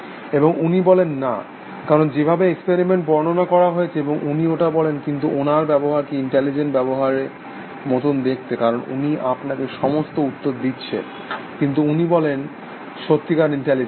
এবং উনি বলেন না কারণ যেভাবে এক্সপেরিমেন্টের বর্ণনা করা হয়েছে এবং উনি ওটা বলেন কিন্তু ওনার ব্যবহারকে ইন্টেলিজেন্ট ব্যবহারের মতন দেখতে কারণ উনি আপনাকে সমস্ত উত্তর দিচ্ছে কিন্তু উনি বলেন সত্যিকার ইন্টেলিজেন্স